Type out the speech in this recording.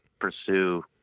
pursue